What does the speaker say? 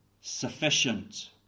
sufficient